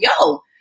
yo